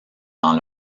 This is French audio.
dans